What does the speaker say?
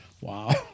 Wow